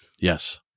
Yes